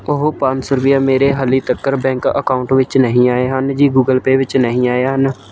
ਉਹ ਪੰਜ ਸੌ ਰੁਪਈਆ ਮੇਰੇ ਹਲੀ ਤੱਕ ਬੈਂਕ ਅਕਾਊਂਟ ਵਿੱਚ ਨਹੀਂ ਆਏ ਹਨ ਜੀ ਗੂਗਲ ਪੇ ਵਿੱਚ ਨਹੀਂ ਆਏ ਹਨ